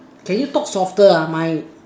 can you talk softer my